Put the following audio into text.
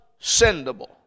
sendable